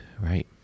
Right